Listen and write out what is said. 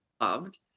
loved